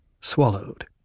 swallowed